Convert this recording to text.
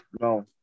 no